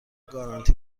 گارانتی